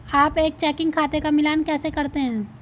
आप एक चेकिंग खाते का मिलान कैसे करते हैं?